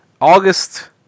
August